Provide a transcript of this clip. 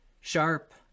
sharp